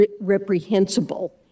reprehensible